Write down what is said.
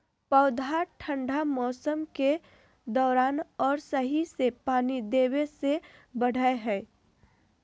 पौधा ठंढा मौसम के दौरान और सही से पानी देबे से बढ़य हइ